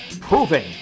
proving